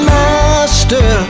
master